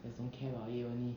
just don't care about it only